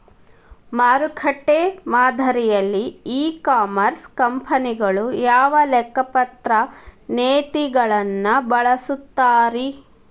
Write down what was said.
ಮಾರುಕಟ್ಟೆ ಮಾದರಿಯಲ್ಲಿ e commerce ಕಂಪನಿಗಳು ಯಾವ ಲೆಕ್ಕಪತ್ರ ನೇತಿಗಳನ್ನ ಬಳಸುತ್ತಾರಿ?